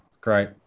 Great